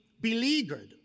beleaguered